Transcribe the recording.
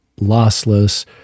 lossless